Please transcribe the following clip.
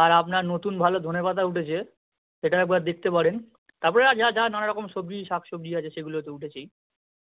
আর আপনার নতুন ভালো ধনেপাতা উঠেছে সেটা একবার দেখতে পারেন তারপরে আর যা যা নানা রকম সবজি শাক সবজি আছে সেগুলো তো উঠেচেই